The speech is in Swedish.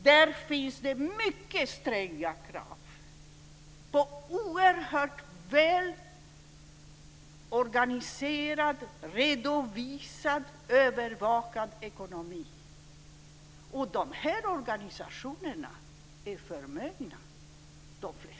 Där finns det mycket stränga krav på att ekonomin ska vara oerhört välorganiserad, redovisad och övervakad. De flesta av dessa organisationer är förmögna.